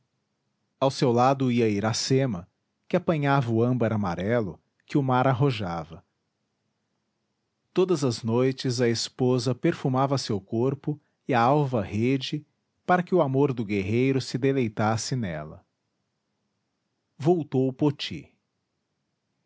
ao seu lado ia iracema que apanhava o âmbar amarelo que o mar arrojava todas as noites a esposa perfumava seu corpo e a alva rede para que o amor do guerreiro se deleitasse nela voltou poti